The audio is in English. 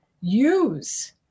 use